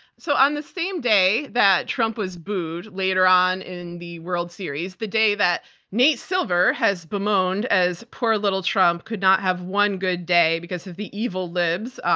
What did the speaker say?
so on the same day that trump was booed later on in the world series, the day that nate silver has bemoaned as poor little trump could not have one good day because of the evil libs,